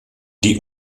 die